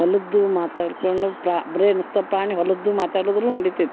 ಹೊಲದ ಮಾತಾಡ್ಕೊಂಡು ಪ್ರ ಬೇಣಸ್ತ ಪ್ರಾಣಿ ಹೊಲದ್ದು ಮಾತಾಡುದರು ನಡಿತೆತಿ